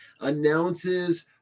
announces